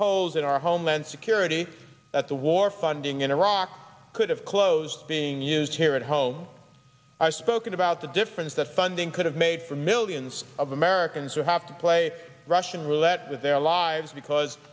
holes in our homeland security that the war funding in iraq could have closed being used here at home are spoken about the difference the funding could have made for millions of americans who have to play russian roulette with their lives because